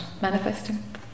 manifesting